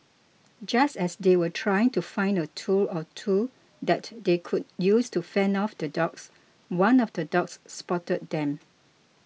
just as they were trying to find a tool or two that they could use to fend off the dogs one of the dogs spotted them